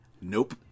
Nope